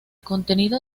contenido